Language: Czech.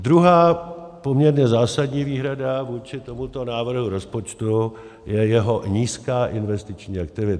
Druhá poměrně zásadní výhrada vůči tomuto návrhu rozpočtu je jeho nízká investiční aktivita.